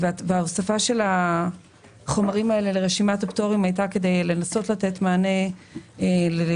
הוספת החומרים האלה לרשימת הפטורים היתה כדי לנסות לתת מענה לנושא